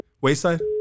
Wayside